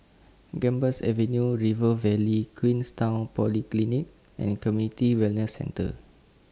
Gambas Avenue River Valley Queenstown Polyclinic and Community Wellness Centre